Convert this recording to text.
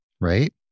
right